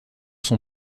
son